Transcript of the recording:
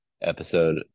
episode